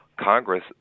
Congress